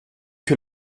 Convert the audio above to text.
que